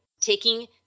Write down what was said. Taking